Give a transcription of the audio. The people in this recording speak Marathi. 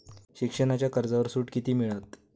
शिक्षणाच्या कर्जावर सूट किती मिळात?